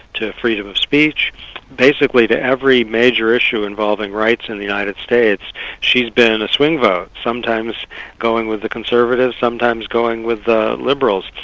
to freedom of speech basically to every major issue involving rights in the united states she's been in a swing vote, sometimes going with the conservatives, sometimes going with the liberals.